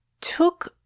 took